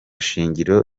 shingiro